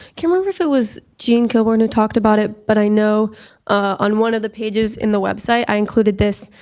can't remember if it was jean coburn who talked about it, but i know on one of the pages in the website, i included this,